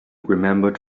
remembered